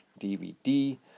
DVD